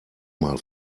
mal